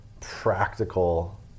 practical